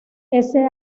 ese